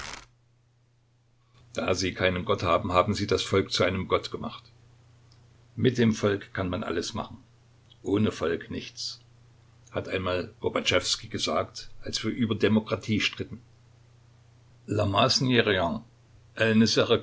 da sie keinen gott haben haben sie das volk zu einem gott gemacht mit dem volk kann man alles machen ohne volk nichts hat einmal gorbatschewskij gesagt als wir über die demokratie stritten